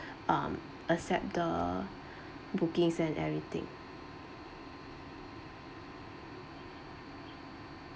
um accept the booking and everything